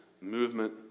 movement